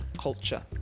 culture